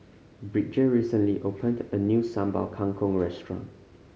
Bridger recently opened a new Sambal Kangkong restaurant